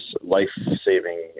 life-saving